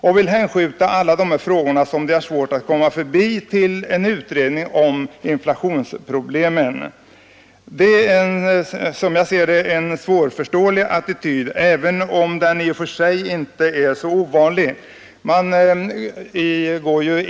De vill hänskjuta alla dessa frågor, som de har svårt att komma förbi, till en utredning om inflationsproblemen. Detta är som jag ser det en svårförståelig attityd, även om den i och för sig inte är så ovanlig.